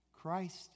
Christ